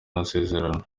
amasezerano